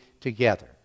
together